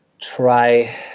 try